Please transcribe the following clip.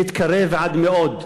התקרב עד מאוד.